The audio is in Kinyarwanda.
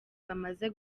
bamaze